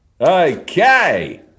Okay